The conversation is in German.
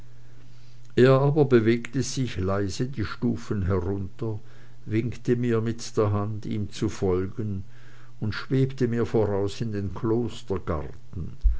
er aber bewegte sich leise die stufen herunter winkte mir mit der hand ihm zu folgen und schwebte mir voraus in den